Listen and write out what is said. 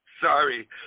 sorry